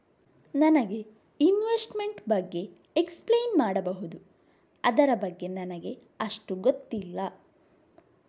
ನನಗೆ ಇನ್ವೆಸ್ಟ್ಮೆಂಟ್ ಬಗ್ಗೆ ಎಕ್ಸ್ಪ್ಲೈನ್ ಮಾಡಬಹುದು, ಅದರ ಬಗ್ಗೆ ನನಗೆ ಅಷ್ಟು ಗೊತ್ತಿಲ್ಲ?